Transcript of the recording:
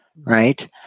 Right